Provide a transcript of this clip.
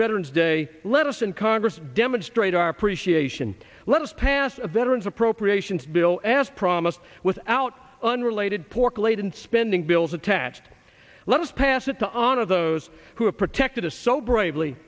veterans day let us in congress demonstrate our appreciation let us pass a veteran's appropriations bill as promised without unrelated pork laden spending bills attached let us pass it to on of those who have protected a so brave